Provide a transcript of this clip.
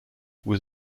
was